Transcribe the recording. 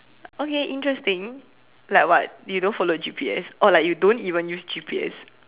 okay interesting like what you don't follow G_P_S or like you don't even use G_P_S